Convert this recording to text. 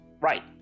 Right